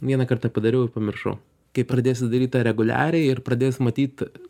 vieną kartą padariau ir pamiršau kai pradėsi daryt tą reguliariai ir pradės matyt